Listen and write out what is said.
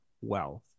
wealth